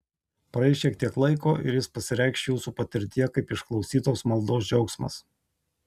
praeis šiek tiek laiko ir jis pasireikš jūsų patirtyje kaip išklausytos maldos džiaugsmas